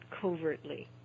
covertly